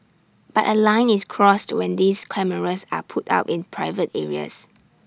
but A line is crossed when these cameras are put up in private areas